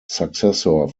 successor